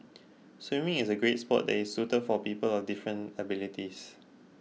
swimming is a great sport that is suited for people of different abilities